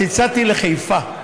צלצלתי לחיפה,